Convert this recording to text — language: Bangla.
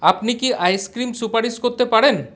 আপনি কি আইসক্রিম সুপারিশ করতে পারেন